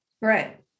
right